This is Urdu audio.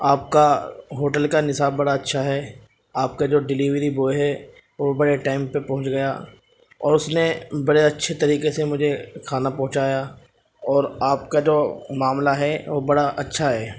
آپ کا ہوٹل کا نصاب بڑا اچھا ہے آپ کا جو ڈیلیوری بوائے ہے وہ بڑے ٹائم پہ پہنچ گیا اور اس نے بڑے اچھے طریقے سے مجھے کھانا پہنچایا اور آپ کا جو معاملہ ہے وہ بڑا اچھا ہے